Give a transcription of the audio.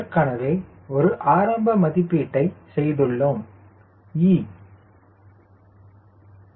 ஏற்கனவே ஒரு ஆரம்ப மதிப்பீட்டைச் செய்துள்ளோம் e 0